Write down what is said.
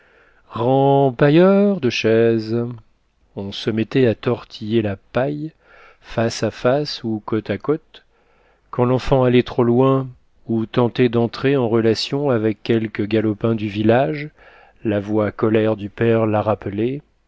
remmm pailleur de chaises on se mettait à tortiller la paille face à face ou côte à côte quand l'enfant allait trop loin ou tentait d'entrer en relations avec quelque galopin du village la voix colère du père la rappelait